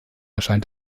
erscheint